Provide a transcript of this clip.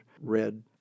red